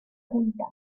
oculta